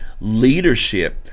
leadership